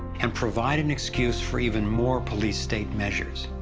and provide an excuse for even more police state measures.